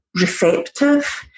receptive